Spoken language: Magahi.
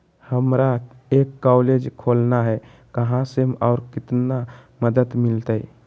हमरा एक कॉलेज खोलना है, कहा से और कितना मदद मिलतैय?